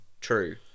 true